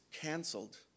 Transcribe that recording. canceled